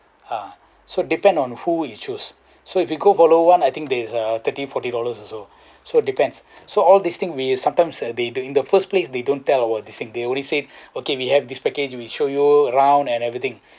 ah so depends on who you choose so if we go hollow one I think there's uh thirty forty dollars also so depends so all these thing we sometimes uh they be doing the first place they don't tell over this thing they only said okay we have this package we show you around and everything